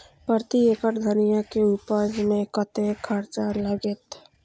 प्रति एकड़ धनिया के उपज में कतेक खर्चा लगते?